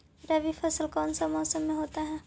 रवि फसल कौन सा मौसम में होते हैं?